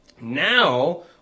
now